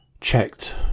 Checked